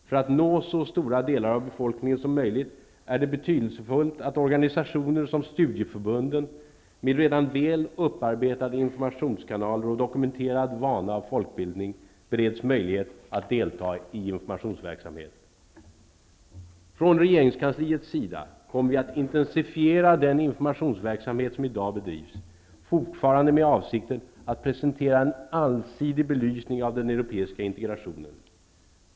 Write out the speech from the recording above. För att nå så stora delar av befolkningen som möjligt är det betydelsefullt att organisationer som studieförbunden, med redan väl upparbetade informationskanaler och dokumenterad vana av folkbildning, bereds möjlighet att delta i informationsverksamheten. Från regeringskansliets sida kommer vi att intensifiera den informationsverksamhet som i dag bedrivs, fortfarande med avsikten att presentera en allsidig belysning av den europeiska integrationen.